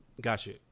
Gotcha